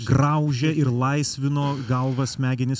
graužė ir laisvino galvą smegenis